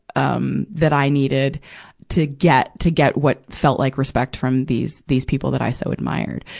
um, that i needed to get, to get what felt like respect from these, these people that i so admired.